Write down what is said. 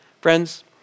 Friends